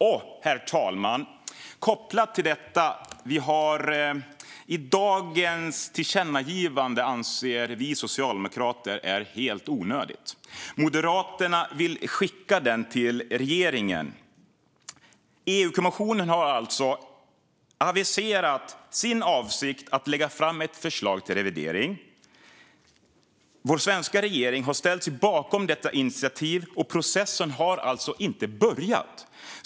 Och, herr talman, kopplat till detta: Dagens tillkännagivande är, anser vi socialdemokrater, helt onödigt. Moderaterna vill skicka det till regeringen. EU-kommissionen har alltså aviserat sin avsikt att lägga fram ett förslag till revidering. Vår svenska regering har ställt sig bakom detta initiativ, och processen har alltså inte börjat.